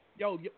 Yo